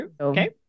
Okay